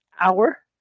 hour